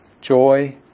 joy